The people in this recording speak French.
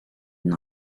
une